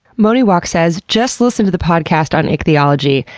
moniwalk says just listened to the podcast on ichthyology,